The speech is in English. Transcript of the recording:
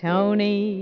Tony